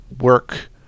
work